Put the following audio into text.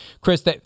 Chris